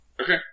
Okay